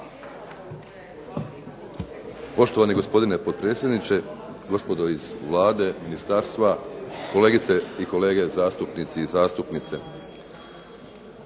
Poštovani gospodine potpredsjedniče, gospodo iz Vlade, ministarstva, kolegice i kolege zastupnici i zastupnice.